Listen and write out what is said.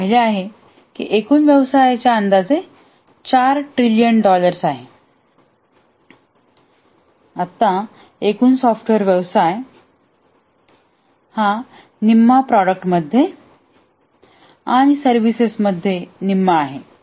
आम्ही पाहिले आहे की एकूण व्यवसाय अंदाजे 4 ट्रिलियन डॉलर्स आहे आणि आत्ता एकूण सॉफ्टवेअर व्यवसाय हा निम्मा प्रॉडक्टमध्ये आणि सर्विसेसमध्ये निम्मा आहे